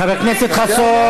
איתן, אתה רשמת את זה?